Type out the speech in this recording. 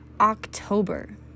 October